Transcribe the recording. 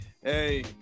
hey